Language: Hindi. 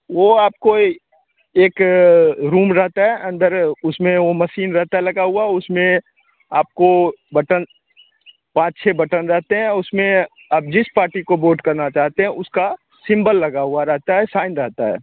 वह आप कोई एक रूम रहता है अंदर उसमें वह मशीन रहता लगा हुआ है उसमें आपको बटन पाँच छः बटन रहते हैं उसमें आप जिस पार्टी को बोट करना चाहतें है उसका सिम्बल लगा हुआ रहता है साइन रहता है